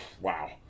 wow